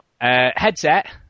Headset